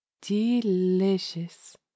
delicious